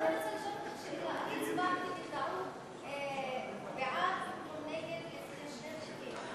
אבל אני רוצה לשאול אותך שאלה: הצבעתי בטעות בעד במקום נגד לפני,